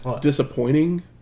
Disappointing